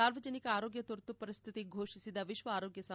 ಸಾರ್ವಜನಿಕ ಆರೋಗ್ಯ ತುರ್ತು ಪರಿಸ್ತಿತಿ ಫೋಷಿಸಿದ ವಿಶ್ಲ ಆರೋಗ್ಯ ಸಂಸ್ತೆ